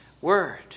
word